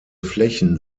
flächen